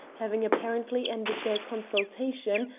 having apparently ended their consultation,